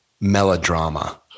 melodrama